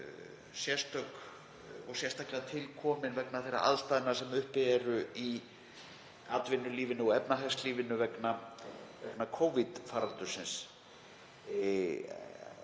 sérstök og sérstaklega til komin vegna þeirra aðstæðna sem uppi eru í atvinnulífinu og efnahagslífinu vegna Covid-faraldursins.